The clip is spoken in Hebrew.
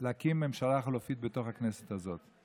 להקים ממשלה חלופית בתוך הכנסת הזאת.